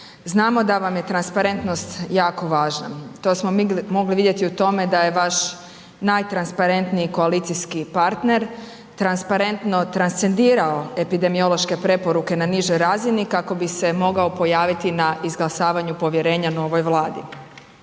Znamo da vam je transparentnost jako važna, to smo mogli vidjeti u tome da je vaš najtransparentniji koalicijski partner transparentno transcendirao epidemiološke preporuke na nižoj razini kako bi se mogao pojaviti na izglasavanju povjerenja novoj Vladi.